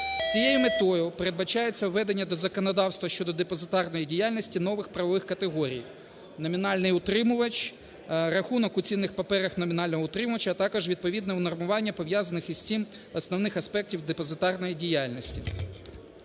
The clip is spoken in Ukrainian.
цією метою передбачається введення до законодавства щодо депозитарної діяльності нових правових категорій: номінальний утримувач, рахунок у цінних паперах номінального утримувача, а також відповідне унормування, пов'язаних з цим основних аспектів депозитарної діяльності.